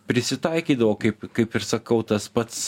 prisitaikydavo kaip kaip ir sakau tas pats